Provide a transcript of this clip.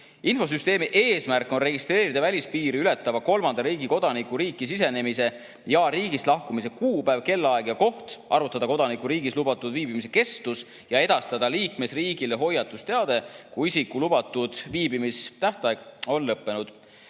töödelda. Infosüsteemi eesmärk on registreerida välispiiri ületava kolmanda riigi kodaniku riiki sisenemise ja riigist lahkumise kuupäev, kellaaeg ja koht, arvutada kodaniku riigis lubatud viibimise kestus ja edastada liikmesriigile hoiatusteade, kui isiku lubatud viibimistähtaeg on lõppenud.